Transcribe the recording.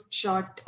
short